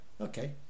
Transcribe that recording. Okay